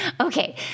Okay